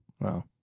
Wow